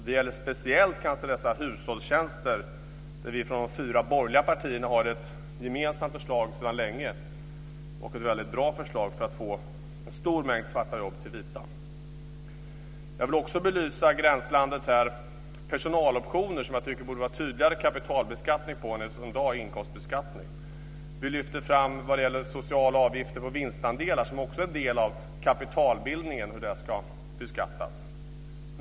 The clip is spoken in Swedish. Det gäller speciellt hushållstjänsterna, där vi från de fyra borgerliga partierna har ett gemensamt förslag sedan länge, ett väldigt bra förslag, för att få en stor mängd svarta jobb vita. Jag vill också belysa gränslandet när det gäller personaloptioner, där jag tycker att det borde vara tydligare kapitalbeskattning än den inkomstbeskattning som är i dag. Vi lyfter även fram sociala avgifter på vinstandelar, som också är en del av kapitalbildningen, och hur detta ska beskattas.